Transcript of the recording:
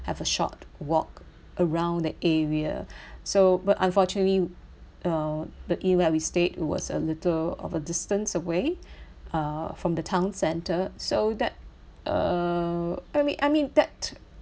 have a short walk around the area so but unfortunately uh the inn where we stayed it was a little of a distance away uh from the town center so that uh I mean I mean that